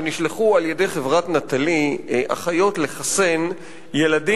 אתמול שמעתי שנשלחו על-ידי חברת "נטלי" אחיות לחסן ילדים